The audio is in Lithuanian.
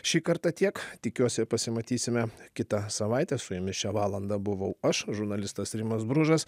šį kartą tiek tikiuosi pasimatysime kitą savaitę su jumis šią valandą buvau aš žurnalistas rimas bružas